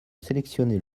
sélectionner